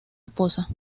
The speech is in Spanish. esposa